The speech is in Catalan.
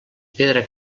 pedra